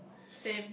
same